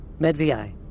MedVI